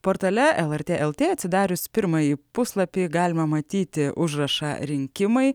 portale lrt lt atsidarius pirmąjį puslapį galima matyti užrašą rinkimai